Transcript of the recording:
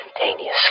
instantaneously